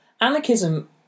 Anarchism